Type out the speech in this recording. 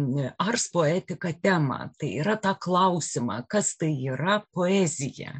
ars poetika temą tai yra tą klausimą kas tai yra poezija